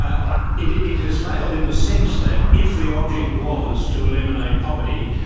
ah ah it it has failed in the sense that if the object was to eliminate poverty,